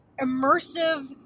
immersive